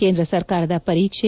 ಕೇಂದ್ರ ಸರ್ಕಾರದ ಪರೀಕ್ಷೆ